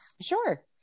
Sure